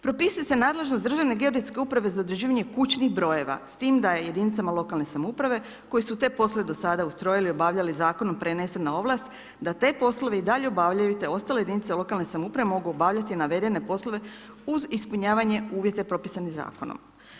Propisuje se nadležnost Državne geodetske uprave za određivanje kućnih brojeva s tim da jedinicama lokalne samouprave koje su te poslove do sada ustrojili, obavljali, zakonom prenesena ovlast, da te poslove i dalje obavljaju te ostale jedinice lokalne samouprave mogu obavljati navedene poslove uz ispunjavanje uvjeta propisani zakonom.